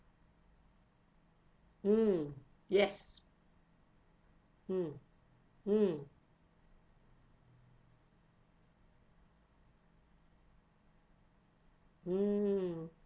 mm yes mm mm mm